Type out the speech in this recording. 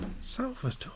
Salvador